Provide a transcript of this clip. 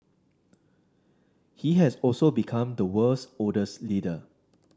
he has also become the world's oldest leader